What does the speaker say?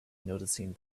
noticing